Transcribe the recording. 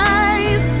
eyes